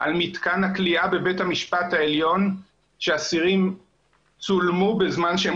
על מתקן הכליאה בבית המשפט העליון שאסירים צולמו בזמן שהם